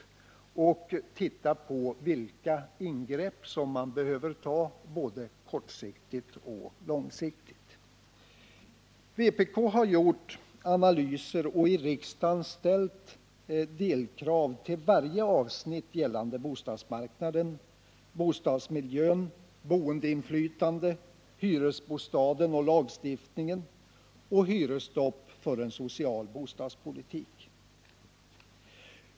Det gäller att se efter vilka ingrepp som behöver göras på både kort och lång sikt. Vpk har gjort analyser och i riksdagen ställt delkrav till varje avsnitt gällande bostadsmarknaden: bostadsmiljön, boendeinflytande, hyresbostaden och lagstiftningen samt hyresstopp för en social bostadspolitik.